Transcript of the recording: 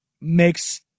makes